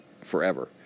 forever